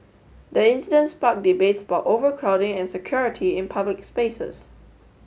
the incident sparked debates about overcrowding and security in public spaces